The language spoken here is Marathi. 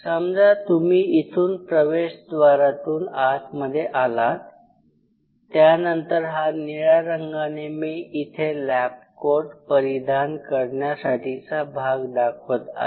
समजा तुम्ही इथून या प्रवेशद्वारातून आतमध्ये आलात त्यानंतर हा निळ्या रंगाने मी इथे लॅब कोट परिधान करण्यासाठीचा भाग दाखवत आहे